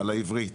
על העברית